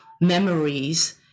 memories